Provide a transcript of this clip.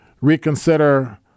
reconsider